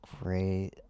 great